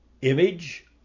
image